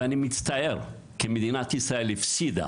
ואני מצטער שמדינת ישראל הפסידה